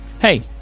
Hey